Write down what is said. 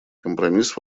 компромисс